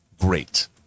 great